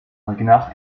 ragnar